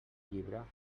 llibre